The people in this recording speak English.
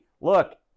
Look